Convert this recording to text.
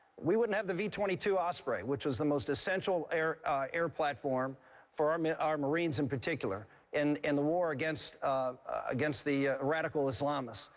we wouldn't have the v twenty two osprey, which was the most essential air air platform for um our marines in particular in in the war against um against the radical islamists.